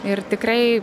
ir tikrai